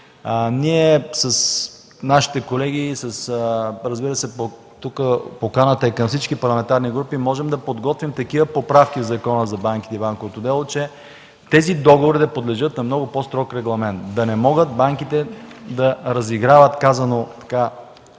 С моите колеги, разбира се, тук поканата е към всички парламентарни групи, можем да подготвим такива поправки към Закона за банките и банковото дело, че тези договори да подлежат на много по-строг регламент. Казано образно, да не могат банките да разиграват хората,